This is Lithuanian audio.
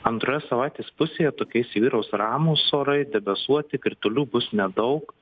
antroje savaitės pusėje tokie įsivyraus ramūs orai debesuoti kritulių bus nedaug